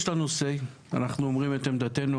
יש לנו "סיי" ואנחנו אומרים את עמדתנו,